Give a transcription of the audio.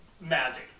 magic